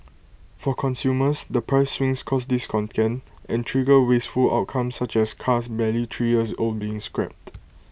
for consumers the price swings cause discontent and trigger wasteful outcomes such as cars barely three years old being scrapped